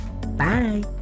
Bye